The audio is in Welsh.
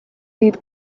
byd